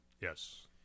Yes